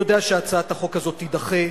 שהצעת החוק הזאת תידחה,